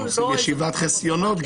הם גם עושים ישיבת חסיונות.